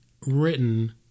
written